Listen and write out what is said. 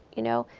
you know,